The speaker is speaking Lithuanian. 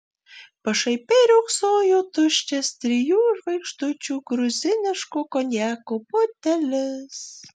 pašaipiai riogsojo tuščias trijų žvaigždučių gruziniško konjako butelis